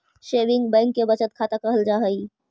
saving bank के बचत खाता कहल जा हइ